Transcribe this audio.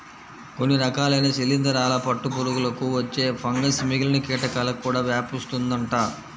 కొన్ని రకాలైన శిలీందరాల పట్టు పురుగులకు వచ్చే ఫంగస్ మిగిలిన కీటకాలకు కూడా వ్యాపిస్తుందంట